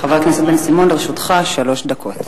חבר הכנסת בן-סימון, לרשותך שלוש דקות.